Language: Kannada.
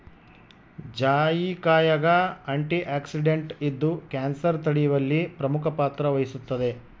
ಜಾಯಿಕಾಯಾಗ ಆಂಟಿಆಕ್ಸಿಡೆಂಟ್ ಇದ್ದು ಕ್ಯಾನ್ಸರ್ ತಡೆಯುವಲ್ಲಿ ಪ್ರಮುಖ ಪಾತ್ರ ವಹಿಸುತ್ತದೆ